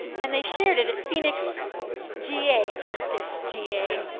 and they share ed it at phoenix ga, justice ga.